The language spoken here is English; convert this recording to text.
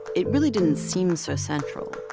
it really didn't seem so central.